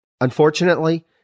Unfortunately